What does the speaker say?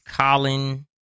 Colin